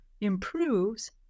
improves